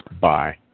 Bye